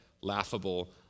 laughable